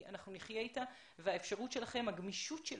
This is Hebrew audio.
אנחנו נחיה אתה והאפשרות שלכם, הגמישות שלכם,